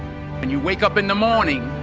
when you wake up in the morning